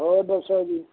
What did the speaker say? ਹੋਰ ਦੱਸੋ ਜੀ